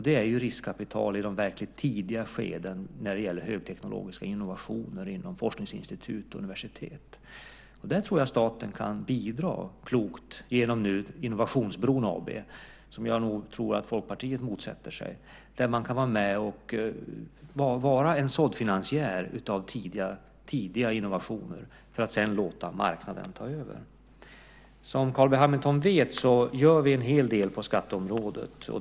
Det är riskkapital i de verkligt tidiga skedena när det gäller högteknologiska innovationer inom forskningsinstitut och universitet. Där tror jag att staten kan bidra klokt genom Innovationsbron AB, som jag tror att Folkpartiet motsätter sig. Genom detta kan man vara med och vara en såddfinansiär av tidiga innovationer för att sedan låta marknaden ta över. Som Carl B Hamilton vet gör vi en hel del på skatteområdet.